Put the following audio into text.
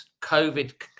covid